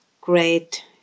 great